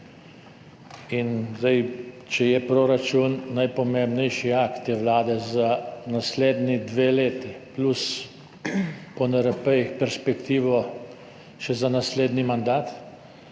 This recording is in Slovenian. včeraj. Če je proračun najpomembnejši akt te vlade za naslednji dve leti, plus po NRP perspektiva še za naslednji mandat,